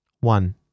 One